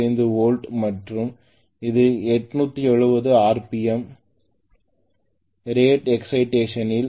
225 volt மற்றும் இது 870 RPM rated excitation இல்